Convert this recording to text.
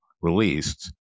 released